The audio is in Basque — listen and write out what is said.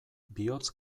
bihotz